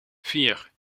vier